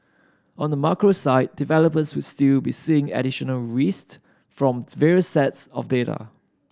on the macro side developers would still be seeing additional from various sets of data